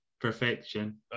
perfection